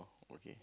okay